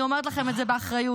אני אומרת לכם את זה באחריות,